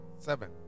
seven